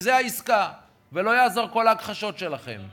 זו העסקה, ולא יעזרו כל ההכחשות שלכם,